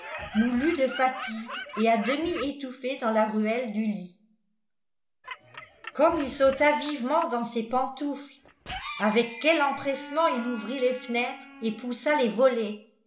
moulu de fatigue et à demi étouffé dans la ruelle du lit comme il sauta vivement dans ses pantoufles avec quel empressement il ouvrit les fenêtres et poussa les volets